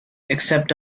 accept